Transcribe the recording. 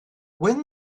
when